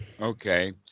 Okay